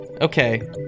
Okay